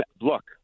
look